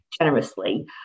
generously